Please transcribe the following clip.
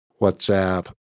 WhatsApp